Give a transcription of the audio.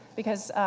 because